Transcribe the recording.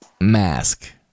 mask